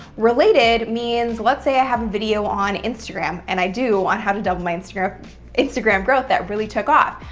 related means, let's say i have a video on instagram and i do on how to double my instagram instagram growth. that really took off.